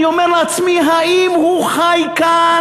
אני אומר לעצמי: האם הוא חי כאן?